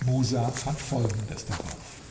musa fand folgendes darauf